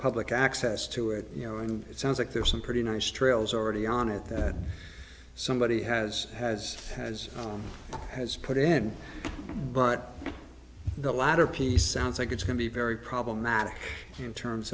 public access to it you know and it sounds like there's some pretty nice trails already on it that somebody has has has has put in but the latter piece ounds like it's going to be very problematic in terms